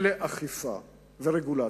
לאכיפה ולרגולציה.